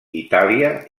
itàlia